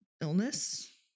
Illness